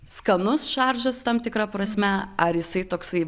skanus šaržas tam tikra prasme ar jisai toksai